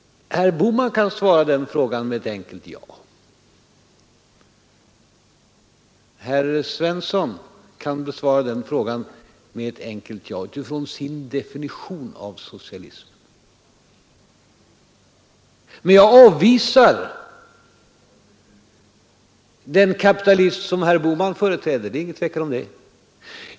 Herr Bohman kan svara på den frågan med ett enkelt ja. Herr Svensson kan också besvara den frågan med ett enkelt ja utifrån sin definition av socialismen. Men jag avvisar den kapitalism som herr Bohman företräder, det är ingen tvekan om det.